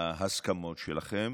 להסכמות שלכם,